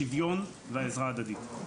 השיוויון והעזרה ההדדית.